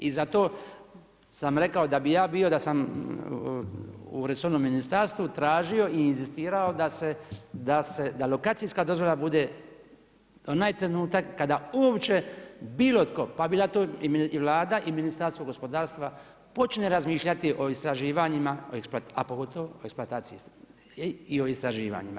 I zato sam rekao da bi ja bio da sam u resornom ministarstvu tražio i inzistirao da lokacijska dozvola bude onaj trenutak kada uopće bilo tko pa bila to i Vlada i Ministarstvo gospodarstva počne razmišljati o istraživanjima, a pogotovo o eksploataciji i o istraživanjima.